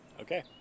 Okay